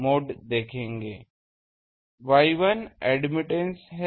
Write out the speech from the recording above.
Y1 admittance है